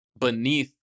beneath